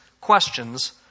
questions